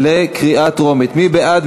מי בעד?